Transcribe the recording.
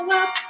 up